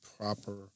proper